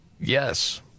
Yes